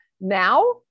Now